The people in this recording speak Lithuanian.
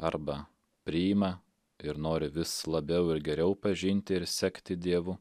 arba priima ir nori vis labiau ir geriau pažinti ir sekti dievu